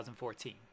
2014